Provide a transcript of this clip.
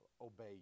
obey